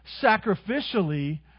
sacrificially